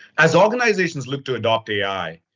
as organizations look to adopt ai,